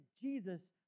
Jesus